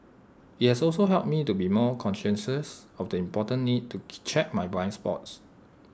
IT has also helped me to be more conscious of the important need to check my blind spots